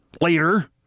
later